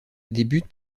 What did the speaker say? débute